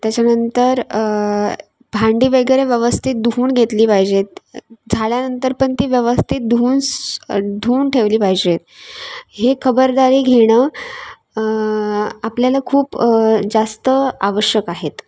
त्याच्यानंतर भांडी वगैरे व्यवस्थित धुवून घेतली पाहिजेत झाल्यानंतर पण ती व्यवस्थित धुवून स् धुवून ठेवली पाहिजेत हे खबरदारी घेणं आपल्याला खूप जास्त आवश्यक आहेत